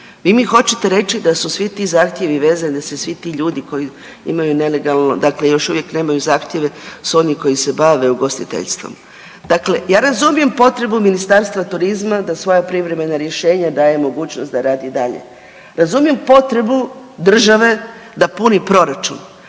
Vi mi hoćete reći da su svi ti zahtjevi …/Govornik se ne razumije/…, da se svi ti ljudi koji imaju nelegalno dakle još uvijek nemaju zahtjeve su oni koji se bave ugostiteljstvom. Dakle, ja razumijem potrebu Ministarstva turizma da svoja privremena rješenja daje mogućnost da radi dalje, razumijem potrebu države da puni proračun,